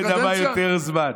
אני לא יודע מה יותר זמן.